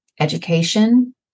education